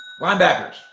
Linebackers